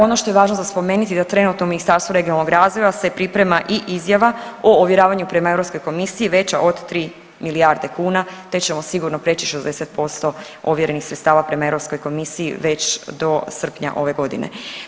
Ono što je važno za spomenuti da trenutno u Ministarstvu regionalnog razvoja se priprema i izjava o ovjeravanju prema Europskoj komisiji veća od 3 milijarde kuna te ćemo sigurno preći 60% ovjerenih sredstava prema Europskoj komisiji već do srpnja ove godine.